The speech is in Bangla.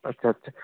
আচ্ছা আচ্ছা